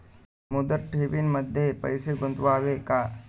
मुदत ठेवींमध्ये पैसे गुंतवावे का?